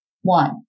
one